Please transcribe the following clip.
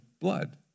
blood